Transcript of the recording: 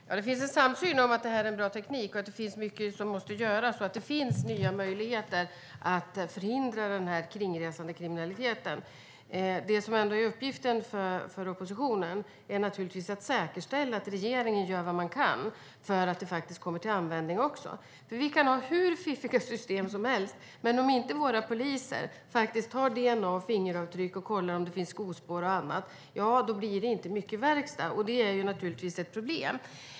Herr talman! Det finns en samsyn om att detta är en bra teknik och att det finns mycket som måste göras. Det finns nya möjligheter att förhindra denna kringresande kriminalitet. Det som ändå är uppgiften för oppositionen är naturligtvis att säkerställa att regeringen gör vad den kan för att detta också kommer till användning. Vi kan ha hur fiffiga system som helst, men om våra poliser inte tar DNA och fingeravtryck och kollar om det finns skospår och annat blir det inte mycket verkstad. Det är ett problem.